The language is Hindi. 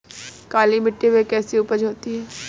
काली मिट्टी में कैसी उपज होती है?